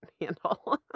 handle